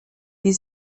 wie